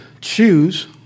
choose